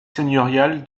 seigneurial